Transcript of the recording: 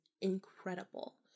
incredible